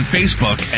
Facebook